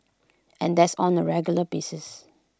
and that's on A regular basis